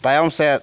ᱛᱟᱭᱚᱢ ᱥᱮᱫ